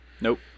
Nope